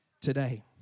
today